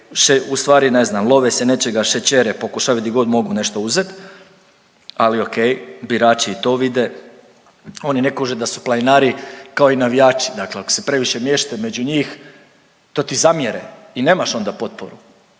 u stvari ne znam love se nečega šećere pokušavaju gdje god mogu nešto uzeti, ali ok birači i to vide, oni ne kuže da su planinari kao i navijači, dakle ako se previše miješate među njih to ti zamjere i nemaš onda potporu,